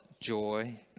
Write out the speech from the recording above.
joy